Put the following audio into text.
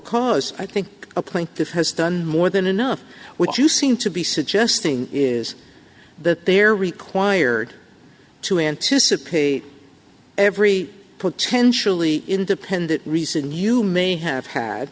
cause i think a plaintiff has done more than enough which you seem to be suggesting is that they're required to anticipate every potentially independent reason you may have had